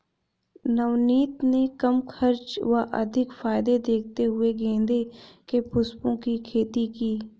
नवनीत ने कम खर्च व अधिक फायदे देखते हुए गेंदे के पुष्पों की खेती की